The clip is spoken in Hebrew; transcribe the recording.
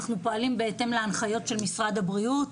אנחנו פועלים בהתאם להנחיות של משרד הבריאות.